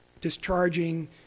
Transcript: discharging